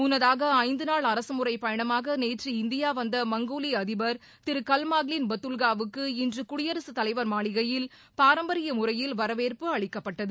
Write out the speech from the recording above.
முன்னதாக ஐந்து நாள் அரசுமுறைப் பயணமாக நேற்று இந்தியா வந்த மங்கோலிய அதிபர் திரு கல்ட்மாங்ளின் பட்டுல்காவுக்கு இன்று குடியரசுத் தலைவர் மாளிகையில் பாரம்பரிய முறையில் வரவேற்பு அளிக்கப்பட்டது